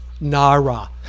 Nara